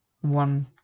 one